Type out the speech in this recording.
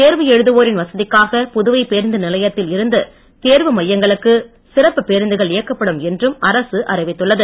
தேர்வு எழுதுவோரின் வசதிக்காக புதுவை பேருந்து நிலையத்தில் இருந்து தேர்வு மையங்களுக்கு சிறப்பு பேருந்துகள் இயக்கப்படும் என்றும் அரசு அறிவித்துள்ளது